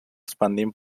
expandint